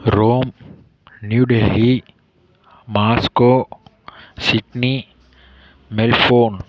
Rome New Delhi Moscow Sydney Melbourne